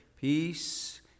peace